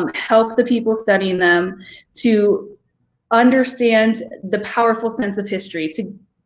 um help the people studying them to understand the powerful sense of history, to